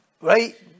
right